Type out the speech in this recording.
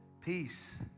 peace